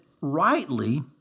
rightly